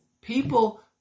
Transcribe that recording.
people